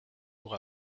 pour